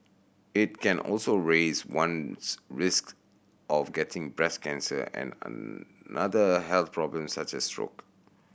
it can also raise one's risk of getting breast cancer and another health problems such as stroke